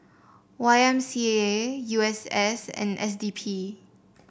Y M C A U S S and S D P